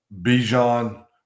Bijan